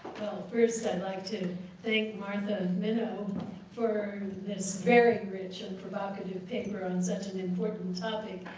first, i'd like to thank martha minow for this very rich and provocative paper on such an important topic.